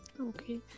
Okay